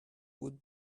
would